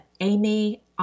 Amy